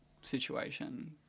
situation